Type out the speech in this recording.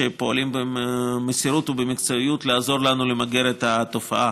שפועלים במסירות ובמקצועיות לעזור לנו למגר את התופעה.